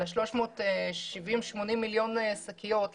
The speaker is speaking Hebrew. על ה-370 או 380 מיליון שקיות,